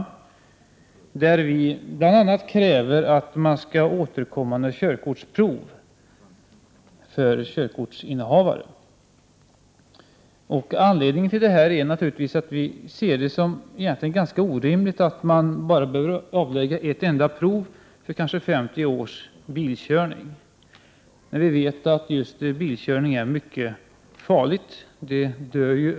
I den kräver vi bl.a. att körkortsinnehavare återkommande skall avlägga körkortsprov. Anledningen är naturligtvis att vi finner det orimligt att man bara skall behöva avlägga ett enda prov och därefter kunna köra bil i kanske 50 år. Vi vet alla att bilkörning är något mycket farligt.